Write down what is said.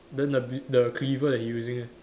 then the bi~ the cleaver that he using eh